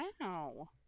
Wow